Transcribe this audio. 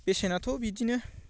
बेसेनाथ' बिदिनो